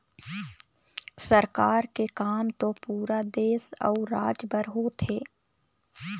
सरकार के काम तो पुरा देश अउ राज बर होथे